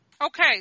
Okay